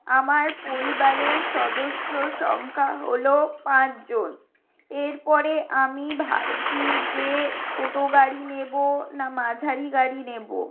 আমার পরিবারের সদস্য সংখ্যা হল পাঁচজন এরপরে আমি ভাবছি যে ছোট গাড়ি নেব না মাঝারি গাড়ি নেব